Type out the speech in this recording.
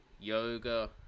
yoga